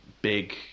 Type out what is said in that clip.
big